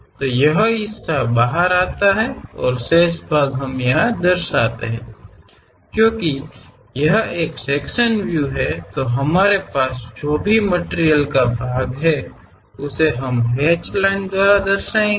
तो यह हिस्सा बाहर आता है और शेष भाग हम दर्शाते हैं क्योंकि यह एक सेक्शन व्यू है हमारे पास हमेशा जो भी मटिरियल का भाग हो उसे हम हैचर्ड लाइनों द्वारा दर्शाएँगे